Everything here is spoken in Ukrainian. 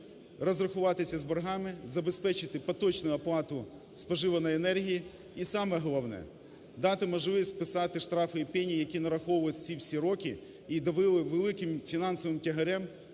розрахуватися з боргами, забезпечити поточну оплату споживаної енергії, і, саме головне, дати можливість списати штрафи і пені, які нараховувались всі ці роки і давили великим фінансовим тягарем